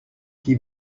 qui